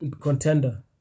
contender